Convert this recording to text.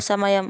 సమయం